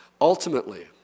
Ultimately